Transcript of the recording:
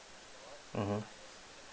mmhmm